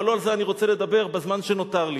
אבל לא על זה אני רוצה לדבר בזמן שנותר לי.